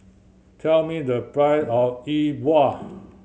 tell me the price of E Bua